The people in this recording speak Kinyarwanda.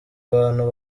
abantu